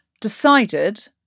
decided